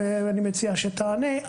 אני מציע שתענה,